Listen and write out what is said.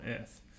earth